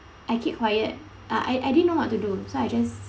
I keep quiet uh I I didn't know what to do so I just